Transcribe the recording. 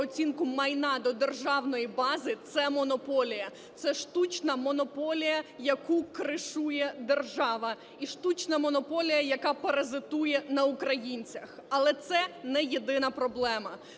оцінку майна до державної бази, - це монополія, це штучна монополія, яку "кришує" держава, і штучна монополія, яка паразитує на українцях. Але це не єдина проблема.